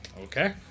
Okay